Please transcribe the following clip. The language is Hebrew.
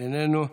איננו.